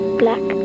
black